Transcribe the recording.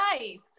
nice